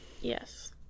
Yes